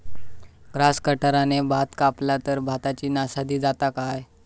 Grass कटराने भात कपला तर भाताची नाशादी जाता काय?